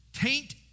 taint